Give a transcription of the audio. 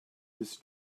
this